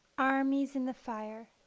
armies in the fire